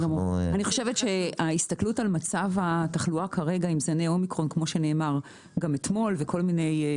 זני האומיקרון זה לא